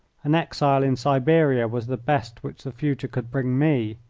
an exile in siberia was the best which the future could bring me.